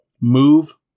move